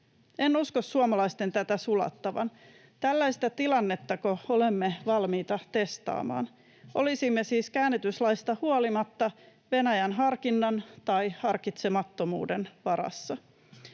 En usko suomalaisten tätä sulattavan. Tällaista tilannettako olemme valmiita testaamaan? Olisimme siis käännytyslaista huolimatta Venäjän harkinnan — tai harkitsemattomuuden — varassa.